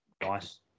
Nice